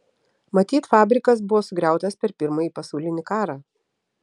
matyt fabrikas buvo sugriautas per pirmąjį pasaulinį karą